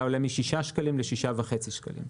עולה משישה שקלים לשישה וחצי שקלים.